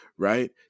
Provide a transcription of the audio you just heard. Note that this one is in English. right